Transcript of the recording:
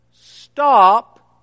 Stop